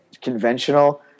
conventional